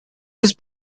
his